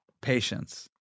Patience